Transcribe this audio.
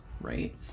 right